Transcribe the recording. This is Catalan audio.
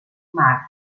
mar